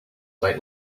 make